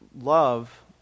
Love